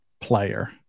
player